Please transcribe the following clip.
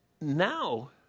now